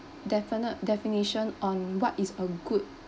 definit~ definition on what is a good